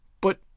But